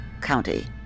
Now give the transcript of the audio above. county